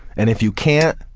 and if you can't,